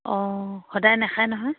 অঁ সদায় নাখাই নহয়